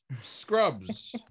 Scrubs